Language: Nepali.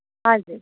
हजुर